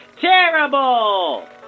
terrible